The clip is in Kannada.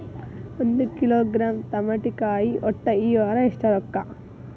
ಒಂದ್ ಕಿಲೋಗ್ರಾಂ ತಮಾಟಿಕಾಯಿ ಒಟ್ಟ ಈ ವಾರ ಎಷ್ಟ ರೊಕ್ಕಾ?